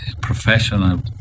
professional